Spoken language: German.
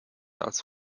als